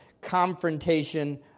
confrontation